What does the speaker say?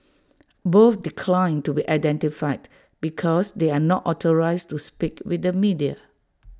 both declined to be identified because they are not authorised to speak with the media